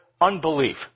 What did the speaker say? unbelief